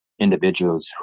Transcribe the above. individuals